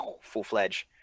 full-fledged